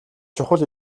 чухал